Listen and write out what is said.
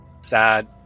sad